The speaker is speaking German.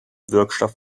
wirkstoff